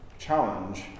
challenge